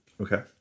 Okay